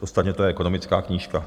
Ostatně to je ekonomická knížka.